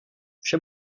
vše